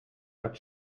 but